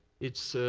it's